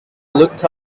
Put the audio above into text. looked